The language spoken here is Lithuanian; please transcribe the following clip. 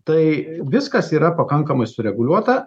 tai viskas yra pakankamai sureguliuota